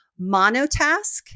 monotask